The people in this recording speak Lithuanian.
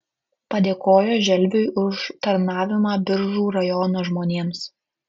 padėkojo želviui už tarnavimą biržų rajono žmonėms